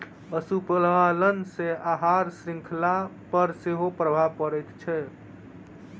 पशुपालन सॅ आहार शृंखला पर सेहो प्रभाव पड़ैत छै